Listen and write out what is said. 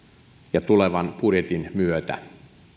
ja tulevan budjetin myötä